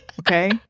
Okay